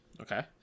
okay